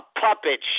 puppet